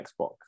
Xbox